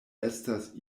estas